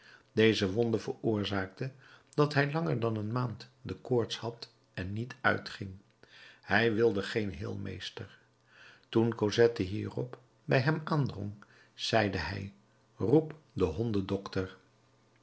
deze wonde veroorzaakte dat hij langer dan een maand de koorts had en niet uitging hij wilde geen heelmeester toen cosette hierop bij hem aandrong zeide hij roep den